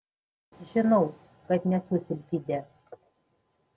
žinau kad nesu silfidė